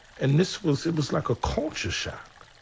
and this was. it was like a culture shock.